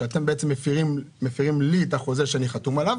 אתם בעצם מפרים לי את החוזה שאני חתום עליו,